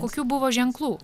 kokių buvo ženklų